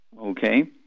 okay